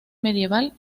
medieval